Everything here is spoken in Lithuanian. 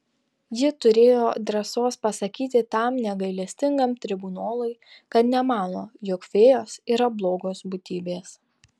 ji turėjo drąsos pasakyti tam negailestingam tribunolui kad nemano jog fėjos yra blogos būtybės